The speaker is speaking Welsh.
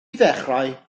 ddechrau